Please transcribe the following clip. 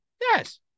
Yes